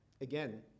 again